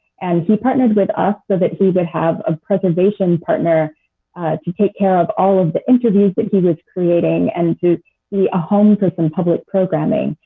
and she partnered with us ah so she would have a preservation partner to take care of all of the interviews that he was creating and to be a home for some public programming.